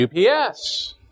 UPS